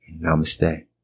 Namaste